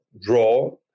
draw